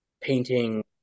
painting